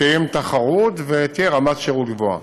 תתקיים תחרות ותהיה רמת שירות גבוהה.